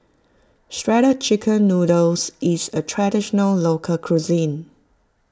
Shredded Chicken Noodles is a Traditional Local Cuisine